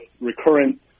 recurrent